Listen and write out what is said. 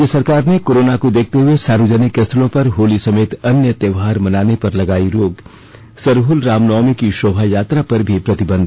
राज्य सरकार ने कोरोना को देखते हुए सार्वजनिक स्थलों पर होली समेत अन्य त्योहार मनाने पर लगाई रोक सरहुल रामनवमी की शोभायात्रा पर भी प्रतिबंध